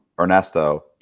Ernesto